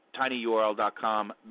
TinyURL.com